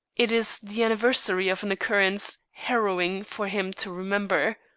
it is the anniversary of an occurrence harrowing for him to remember.